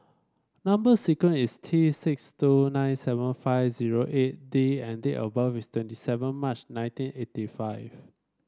number sequence is T six two nine seven five zero eight D and date of birth is twenty seven March nineteen eighty five